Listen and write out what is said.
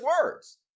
words